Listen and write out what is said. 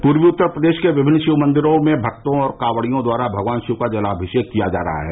पूर्वी उत्तर प्रदेश के विभिन्न शिवमंदिरों में भक्तों और कांवड़ियों द्वारा भगवान शिव का जलाभिषेक किया जा रहा है